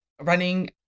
running